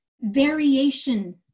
variation